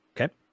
Okay